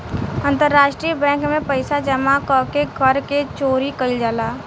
अंतरराष्ट्रीय बैंक में पइसा जामा क के कर के चोरी कईल जाला